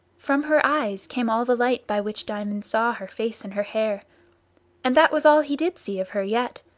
from her eyes came all the light by which diamond saw her face and her, hair and that was all he did see of her yet.